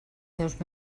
seus